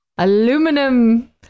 Aluminum